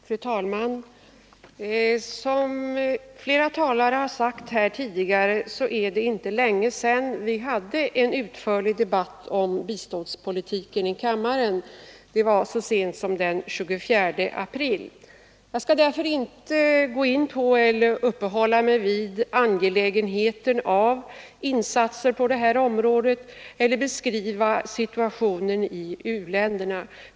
Fru talman! Som flera talare tidigare sagt är det inte länge sedan vi här i kammaren hade en utförlig debatt om biståndspolitiken — det var så sent som den 24 april. Jag skall därför inte uppehålla mig vid angelägenheten av insatser på det här området eller beskriva situationen i u-länderna.